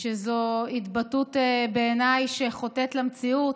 שזו התבטאות, בעיניי, שחוטאת למציאות.